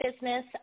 business